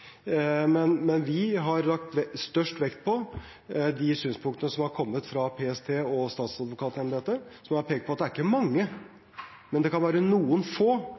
men vi har lagt størst vekt på de synspunktene som har kommet fra PST og statsadvokatembetet, som har pekt på at det ikke er mange, men at det kan være noen få,